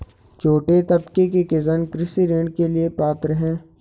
छोटे तबके के किसान कृषि ऋण के लिए पात्र हैं?